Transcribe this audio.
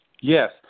Yes